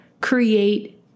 create